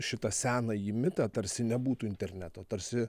šitą senąjį mitą tarsi nebūtų interneto tarsi